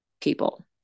people